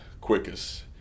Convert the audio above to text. quickest